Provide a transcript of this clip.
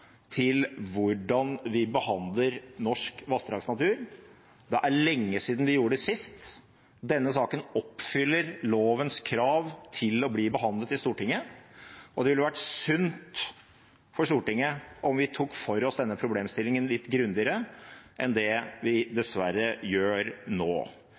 til hvordan vi behandler norsk vassdragsnatur. Det er lenge siden vi gjorde det sist. Denne saken oppfyller lovens krav til å bli behandlet i Stortinget. Det ville vært sunt for Stortinget om vi tok for oss denne problemstillingen litt grundigere enn det vi dessverre gjør nå.